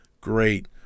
great